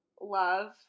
love